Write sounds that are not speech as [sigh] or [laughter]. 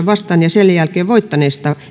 [unintelligible] vastaan ja sen jälkeen voittaneesta